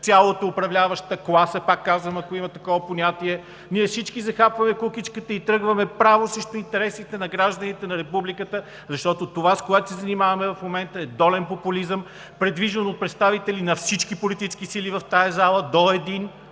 цялата управляваща класа, пак казвам, ако има такова понятие, ние всички захапваме кукичката и тръгваме право срещу интересите на гражданите на Републиката, защото това, с което се занимаваме в момента, е долен популизъм, предвиждан от представители на всички политически сили в тази зала до един